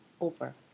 over